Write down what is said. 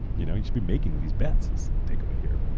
you know you should be making these bets as like takeaway here.